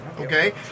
Okay